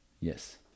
Yes